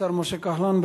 השר משה כחלון.